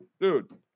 Dude